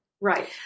Right